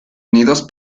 unidos